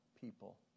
people